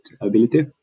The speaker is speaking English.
ability